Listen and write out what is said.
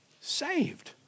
saved